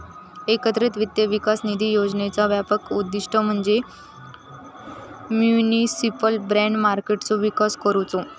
एकत्रित वित्त विकास निधी योजनेचा व्यापक उद्दिष्ट म्हणजे म्युनिसिपल बाँड मार्केटचो विकास करुचो